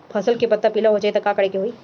फसल के पत्ता पीला हो जाई त का करेके होई?